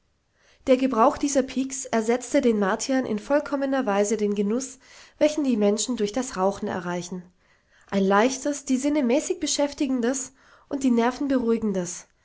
der gebrauch dieser piks ersetzte den martiern in vollkommener weise den genuß welchen die menschen durch das rauchen erreichen ein leichtes die sinne mäßig beschäftigendes und die nerven beruhigendes